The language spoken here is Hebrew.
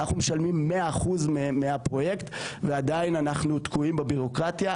אנחנו משלמים 100% מהפרויקט ועדיין אנחנו תקועים בביורוקרטיה.